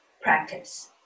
practice